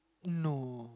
no